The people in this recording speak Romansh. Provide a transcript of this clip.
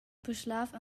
puschlav